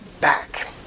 back